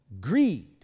Greed